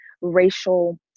racial